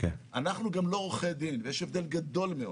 אנחנו גם לא עורכי דין, ויש הבדל גדול מאוד.